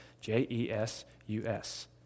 J-E-S-U-S